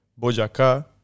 Boyacá